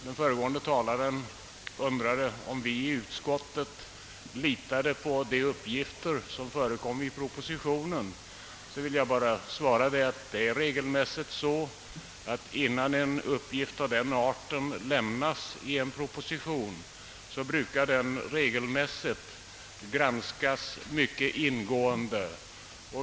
Den föregående talaren undrade om vi i utskottet litar på de uppgifter som getts i propositionen. Jag vill bara svara att innan en uppgift av den arten lämnas i en proposition granskas den regelmässigt mycket ingående.